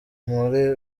muri